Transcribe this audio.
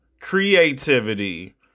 creativity